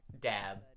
Dab